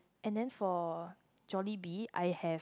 and then for Jollibee I have